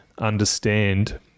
understand